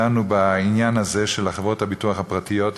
דנו בעניין הזה של חברות הביטוח הפרטיות,